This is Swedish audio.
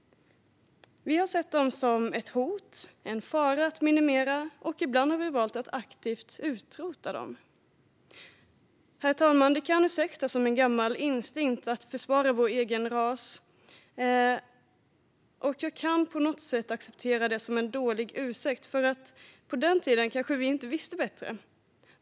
Vi har sett dem som ett hot - som en fara att minimera - och ibland har vi valt att aktivt utrota dem. Herr talman! Det kan ursäktas som en gammal instinkt att försvara vår egen ras, och jag kan på något sätt acceptera det som en dålig ursäkt. På den tiden visste vi kanske inte bättre.